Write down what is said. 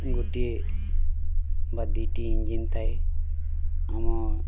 ଗୋଟିଏ ବା ଦୁଇଟି ଇଞ୍ଜିନ୍ ଥାଏ ଆମ